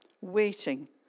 waiting